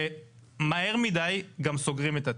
ומהר מדי גם סוגרים את התיק.